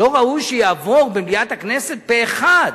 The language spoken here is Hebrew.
לא ראוי שיעבור במליאת הכנסת פה-אחד.